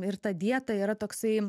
ir ta dieta yra toksai